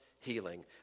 Healing